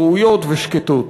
ראויות ושקטות.